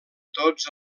tots